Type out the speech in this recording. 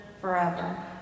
forever